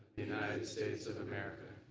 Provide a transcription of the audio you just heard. united states of america